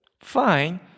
Fine